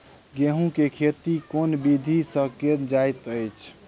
गेंहूँ केँ खेती केँ विधि सँ केल जाइत अछि?